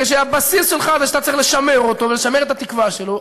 וכשהבסיס שלך הוא שאתה צריך לשמר אותו ולשמר את התקווה שלו,